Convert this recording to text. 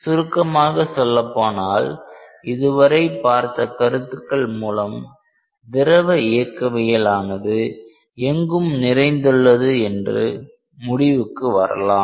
சுருக்கமாக சொல்லப்போனால் இதுவரை பார்த்த கருத்துக்கள் மூலம் திரவ இயக்கவியல் ஆனது எங்கும் நிறைந்து உள்ளது என்று முடிவுக்கு வரலாம்